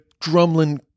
drumlin